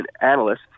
analysts